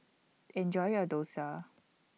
Enjoy your Dosa